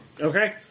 Okay